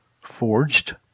forged